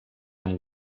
amb